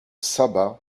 sabah